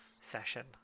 session